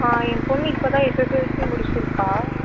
ஆ என் பொண்ணு இப்போதான் எஸ்எஸ்எல்சி முடிச்சியிருக்கா